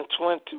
twenty